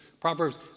Proverbs